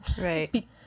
Right